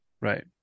Right